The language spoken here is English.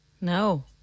No